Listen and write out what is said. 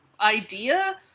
idea